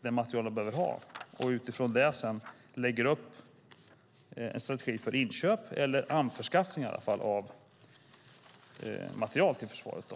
den materiel det behöver ha och utifrån det sedan lägger upp en strategi för inköp eller anskaffande av materiel till försvaret.